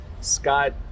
Scott